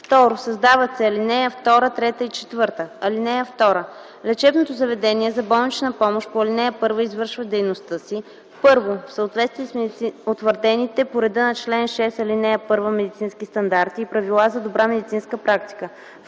2. Създават се ал. 2, 3 и 4: „(2) Лечебното заведение за болнична помощ по ал. 1 извършва дейността си: 1. в съответствие с утвърдените по реда на чл. 6, ал. 1 медицински стандарти и правилата за добра медицинска практика;